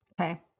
Okay